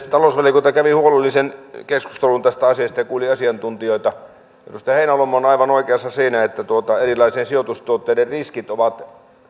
talousvaliokunta kävi huolellisen keskustelun tästä asiasta ja kuuli asiantuntijoita edustaja heinäluoma on aivan oikeassa siinä että erilaisten sijoitustuotteiden riskit ovat